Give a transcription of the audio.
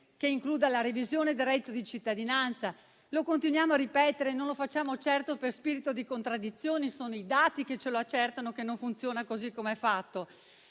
che includa la revisione del reddito di cittadinanza - lo continuiamo a ripetere e non lo facciamo certo per spirito di contraddizione, perché sono i dati che ci dicono che non funziona così com'è fatto